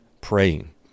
praying